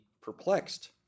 perplexed